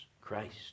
Christ